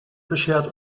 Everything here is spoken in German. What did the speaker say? beschert